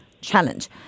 Challenge